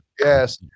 Yes